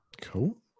Cool